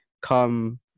come